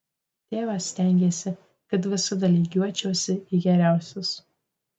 tėvas stengėsi kad visada lygiuočiausi į geriausius